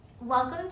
welcome